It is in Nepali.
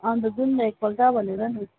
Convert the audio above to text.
अनि त जाऔँ न एकपल्ट भनेर नि